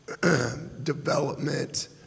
development